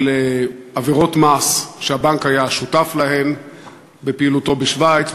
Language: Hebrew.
עבירות מס שהבנק היה שותף להן בפעילותו בשווייץ,